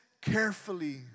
carefully